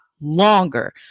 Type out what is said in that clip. longer